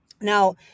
Now